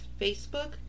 Facebook